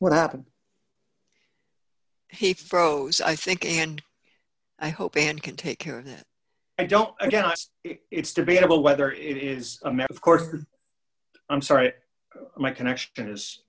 what happened heathrow's i think and i hope and can take care of that i don't i guess it's debatable whether it is a matter of course or i'm sorry my connection is